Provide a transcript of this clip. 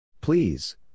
Please